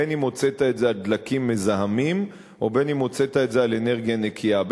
בין שהוצאת את זה על דלקים מזהמים ובין שהוצאת את זה על אנרגיה נקייה,